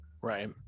Right